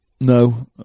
no